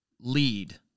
lead